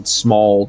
small